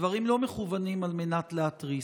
הדברים לא מכוונים כדי להתריס.